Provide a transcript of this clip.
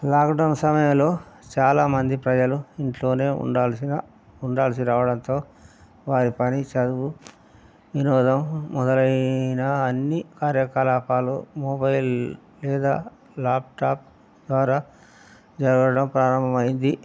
lockdown సమయంలో చాలామంది ప్రజలు ఇంట్లోనే ఉండాల్సిన ఉండాల్సి రావడంతో వారి పని చదువు వినోదం మొదలైన అన్ని కార్యకలాపాలు మొబైల్ లేదా లాప్టాప్ ద్వారా జరగడం ప్రారంభమైంది